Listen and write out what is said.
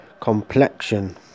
complexion